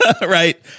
right